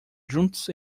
juntos